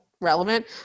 relevant